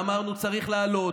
אמרנו שצריך להעלות,